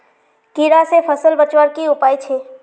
कीड़ा से फसल बचवार की उपाय छे?